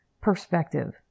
perspective